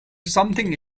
something